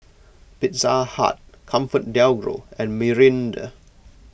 Pizza Hut ComfortDelGro and Mirinda